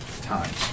times